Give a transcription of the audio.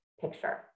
picture